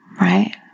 right